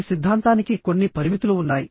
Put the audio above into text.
ఈ సిద్ధాంతానికి కొన్ని పరిమితులు ఉన్నాయి